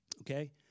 okay